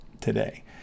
today